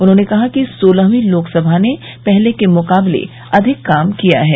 उन्होंने कहा कि सोलहवीं लोकसभा ने पहले के मुकाबले अधिक काम किया है